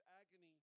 agony